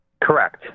Correct